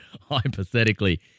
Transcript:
hypothetically